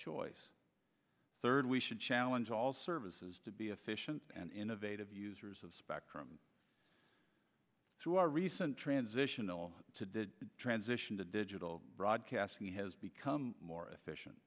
choice third we should challenge all services to be efficient and innovative users of spectrum through our recent transitional to did transition to digital broadcasting has become more efficient